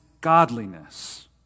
godliness